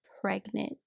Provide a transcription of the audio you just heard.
pregnant